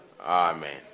Amen